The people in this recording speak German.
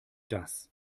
das